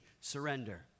Surrender